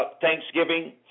Thanksgiving